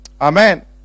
amen